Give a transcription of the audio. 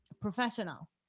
professional